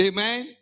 Amen